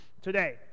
today